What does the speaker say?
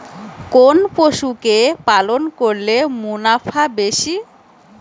কোন পশু কে পালন করলে মুনাফা বেশি?